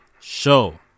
show